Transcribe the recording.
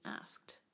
asked